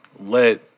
let